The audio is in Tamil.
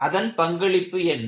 அதன் பங்களிப்பு என்ன